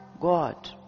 God